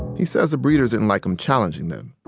he says the breeders didn't like him challenging them.